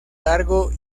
largo